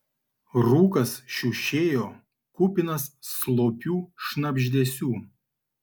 rūkas šiušėjo kupinas slopių šnabždesių